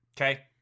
Okay